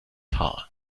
haar